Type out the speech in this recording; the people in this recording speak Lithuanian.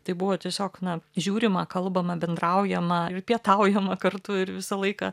tai buvo tiesiog na žiūrima kalbama bendraujama pietaujama kartu ir visą laiką